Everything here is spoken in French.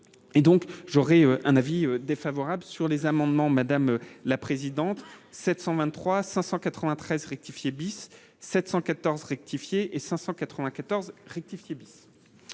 j'aurais un avis défavorable sur les amendements, madame la présidente, 723 593 rectifié